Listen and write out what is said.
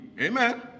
Amen